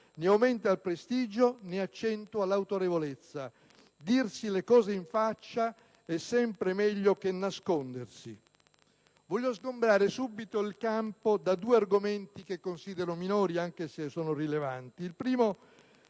ne aumenta il prestigio, ne accentua l'autorevolezza. Dirsi le cose in faccia è sempre meglio che nascondersi. Voglio sgombrare subito il campo da due argomenti che considero minori anche se sono rilevanti: